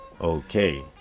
Okay